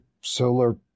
solar